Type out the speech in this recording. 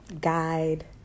guide